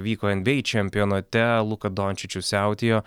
vyko nba čempionate luka dončičius siautėjo